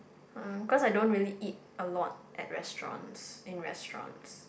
uh cause I don't really eat a lot at restaurants in restaurants